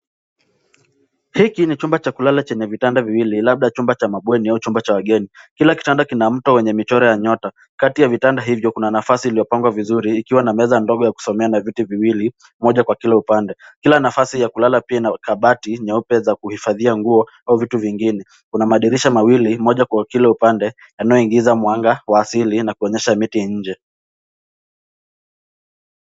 Hiki ni chumba cha kulala chenye vitanda viwili labda chumba cha mabweni au chumba cha wageni. Kila kitanda kina mto wenye michoro ya nyota. Kati ya vitanda hivyo, kuna nafasi iliyopangwa vizuri ikiwa na meza ndogo ya kusomea na viti viwili, moja kwa kila upande. Kila nafasi ya kulala pia ina kabati nyeupe za kuhifadhia nguo au vitu vingine. Kuna madirisha mawili, moja kwa kila upande, yanayoingiza mwanga wa asili na kuonyesha miti nje.